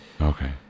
Okay